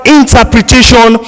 interpretation